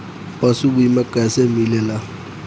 पशु बीमा कैसे मिलेला?